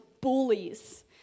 bullies